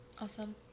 awesome